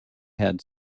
had